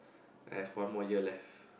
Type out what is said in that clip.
I have one more year left